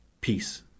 Peace